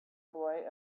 boy